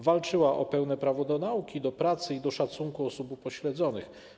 Walczyła o pełne prawo do nauki, do pracy i do szacunku wobec osób upośledzonych.